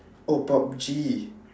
oh pub-G